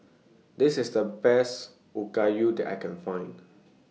This IS The Best Okayu that I Can Find